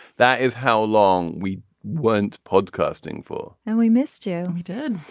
that is how long we weren't podcasting for and we missed you. we did.